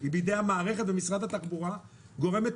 היא בידי המערכת ומשרד התחבורה גורמת